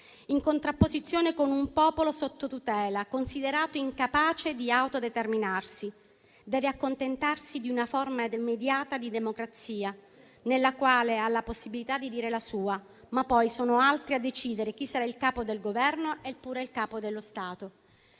in contrapposizione con un popolo sotto tutela, considerato incapace di autodeterminarsi, che deve accontentarsi di una forma rimediata di democrazia, nella quale ha la possibilità di dire la sua, ma poi sono altri a decidere chi saranno il Capo del Governo e pure il Capo dello Stato.